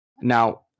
now